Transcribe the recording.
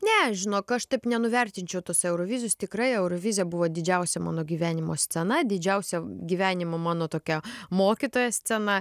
ne žinok aš taip nenuvertinčiau tos eurovizijos tikrai eurovizija buvo didžiausia mano gyvenimo scena didžiausia gyvenimo mano tokia mokytojo scena